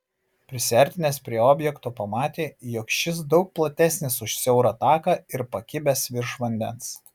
prisiartinęs prie objekto pamatė jog šis daug platesnis už siaurą taką ir pakibęs virš vandens